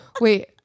wait